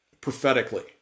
prophetically